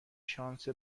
شانس